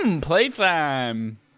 Playtime